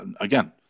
again